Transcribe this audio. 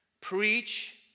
preach